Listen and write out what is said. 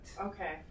Okay